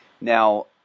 Now